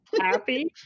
happy